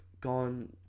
gone